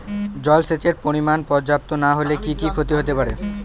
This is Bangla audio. জলসেচের পরিমাণ পর্যাপ্ত না হলে কি কি ক্ষতি হতে পারে?